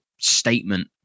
statement